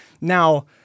now